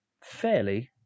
fairly